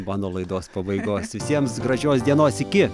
mano laidos pabaigos visiems gražios dienos iki